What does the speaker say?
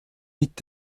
mit